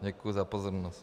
Děkuji za pozornost.